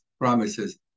promises